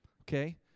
Okay